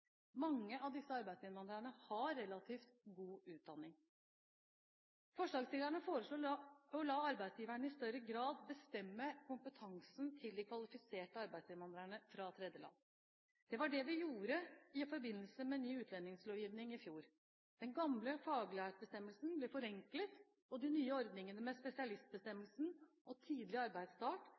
Mange av disse arbeidsinnvandrerne har relativt god utdanning. Forslagsstillerne foreslår å la arbeidsgiverne i større grad bestemme kompetansen til de kvalifiserte arbeidsinnvandrerne fra tredjeland. Det var det vi gjorde i forbindelse med ny utlendingslovgivning i fjor. Den gamle faglærtbestemmelsen ble forenklet, og de nye ordningene med spesialistbestemmelsen og